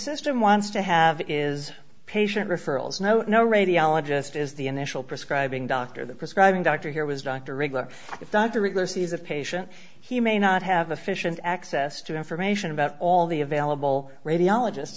system wants to have is patient referrals no no radiologist is the initial prescribing doctor the prescribing doctor here was doctor regular doctor regular season patient he may not have the fish and access to information about all the available radiologist